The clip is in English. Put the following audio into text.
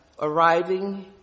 arriving